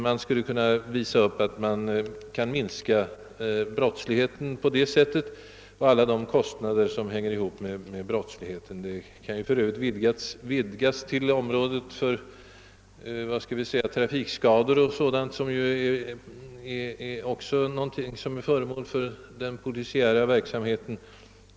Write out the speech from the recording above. En sådan undersökning skulle — tror jag alltså — kunna visa att brottsligheten minskar med en sådan verksamhet. Därmed måste de kostnader, som brottsligheten drar med sig, även minska. Undersökningen skulle kunna visa detta och sedan kunna vidgas till att omfatta trafikskador etc., som också är föremål för den polisiära verksamheten.